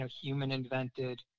human-invented